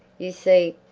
you see,